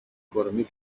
κορμί